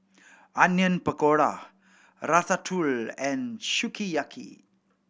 Onion Pakora Ratatouille and Sukiyaki